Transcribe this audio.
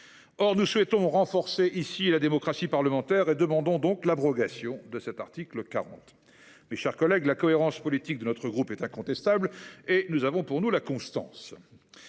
Souhaitant renforcer ici la démocratie parlementaire, nous demandons l’abrogation de cet article. Mes chers collègues, la cohérence politique de notre groupe est incontestable, et nous avons pour nous la constance.